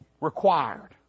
required